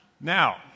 now